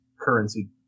currency